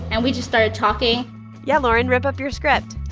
and we just started talking yeah, lauren, rip up your script